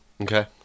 Okay